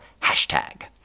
hashtag